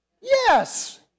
Yes